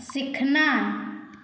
सीखना